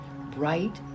bright